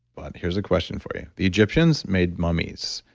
but here's a question for you. the egyptians made mummies,